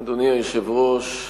אדוני היושב-ראש,